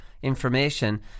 Information